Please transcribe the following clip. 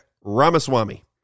Ramaswamy